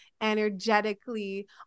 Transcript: energetically